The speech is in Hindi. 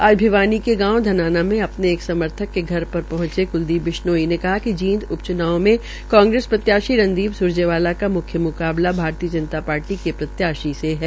आज भिवानी के गांव धनाना में अपने एक समर्थक के घर पहंचे क्लदीप बिश्नोई ने कहा कि जींद उप च्नाव में कांग्रेस प्रत्याशी रणदीप स्रेजवाला का म्ख्य म्काबला भारतीय जनता पार्टी के प्रत्याशी से है